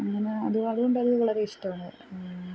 അങ്ങനെ അതു അതുകൊണ്ടത് വളരെ ഇഷ്ടമാണ്